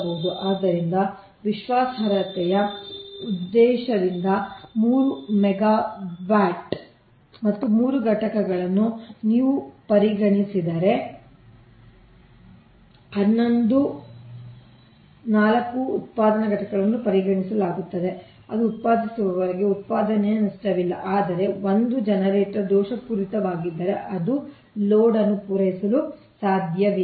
ಆದ್ದರಿಂದ ವಿಶ್ವಾಸಾರ್ಹತೆಯ ಉದ್ದೇಶದಿಂದ 3 ಮೆಗಾವ್ಯಾಟ್ ಮತ್ತು 3 ಘಟಕಗಳನ್ನು ನೀವು ಪರಿಗಣಿಸಿದರೆ 1 1 4 ಉತ್ಪಾದನಾ ಘಟಕಗಳನ್ನು ಪರಿಗಣಿಸಲಾಗುತ್ತದೆ ಅದು ಉತ್ಪಾದಿಸುವವರೆಗೆ ಉತ್ಪಾದನೆಯ ನಷ್ಟವಿಲ್ಲ ಆದರೆ 1 ಜನರೇಟರ್ ದೋಷಪೂರಿತವಾಗಿದ್ದರೆ ಅದು ಲೋಡ್ ಅನ್ನು ಪೂರೈಸಲು ಸಾಧ್ಯವಿಲ್ಲ